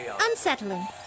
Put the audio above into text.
unsettling